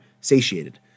satiated